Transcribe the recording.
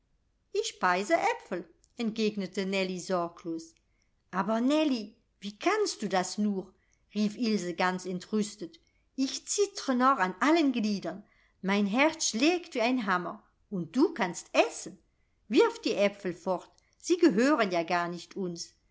ich speise aepfel entgegnete nellie sorglos aber nellie wie kannst du das nur rief ilse ganz entrüstet ich zittre noch an allen gliedern mein herz schlägt wie ein hammer und du kannst essen wirf die aepfel fort sie gehören ja gar nicht uns